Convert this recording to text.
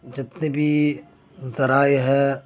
جتنے بھی ذرائع ہے